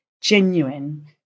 genuine